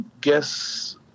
guess